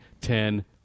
Ten